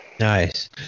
Nice